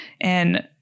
And-